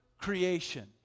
creation